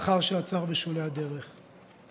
לאחר שעצר בשולי הדרך,